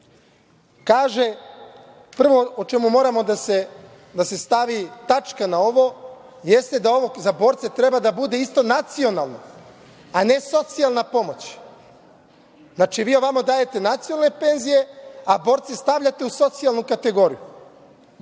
86. Prvo na šta mora da se stavi tačka jeste da za borce treba da bude nacionalno, a ne socijalna pomoć. Znači, vi ovamo dajete nacionalne penzije, a borce stavljate u socijalnu kategoriju. Kada